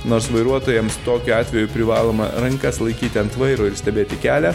nors vairuotojams tokiu atveju privaloma rankas laikyti ant vairo ir stebėti kelią